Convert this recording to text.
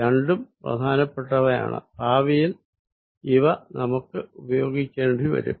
രണ്ടും പ്രധാനപ്പെട്ടവയാണ് ഭാവിയിൽ ഇവ നമുക്ക് ഉപയോഗിക്കേണ്ടി വരും